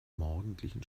morgendlichen